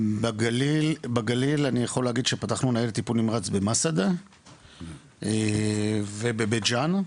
בגליל אני יכול להגיד שפתחנו ניידת טיפול נמרץ במסעדה ובבית ג'אן,